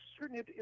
certain